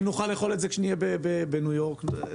אם נוכל לאכול את זה כשנהיה בניו-יורק אז